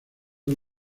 del